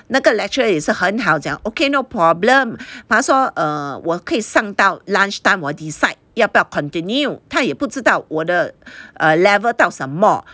那个 lecturer 也是很好讲 okay no problem 他说 err 我可以上到 lunch time 我 decide 要不要 continue 他也不知道我的 err level 到什么